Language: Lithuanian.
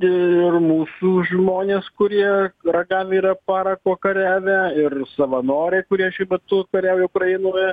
ir mūsų žmonės kurie ragavę yra parako kariavę ir savanoriai kurie šiuo metu kariauja ukrainoje